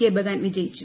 K Bagan വിജയിച്ചു